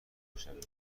میشویم